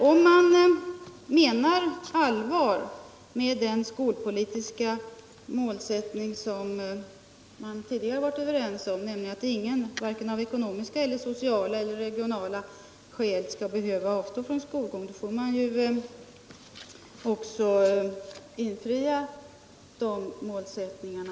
Om man menar allvar med den skolpolitiska målsättning som vi tidigare har varit överens om, alltså att ingen av ekonomiska, sociala eller regionala skäl skall behöva avstå från skolgång, så får man väl också försöka leva upp till den målsättningen.